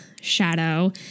shadow